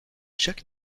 jack